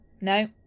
no